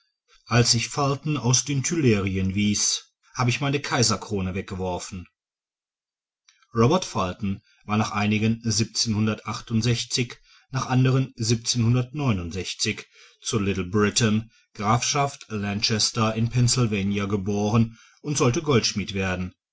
als ich fulton aus den tuillerien wieß habe ich meine kaiserkrone weggeworfen robert fulton war nach einigen nach anderen zu little britain grafschaft lancaster in pennsylvanien geboren und sollte goldschmied werden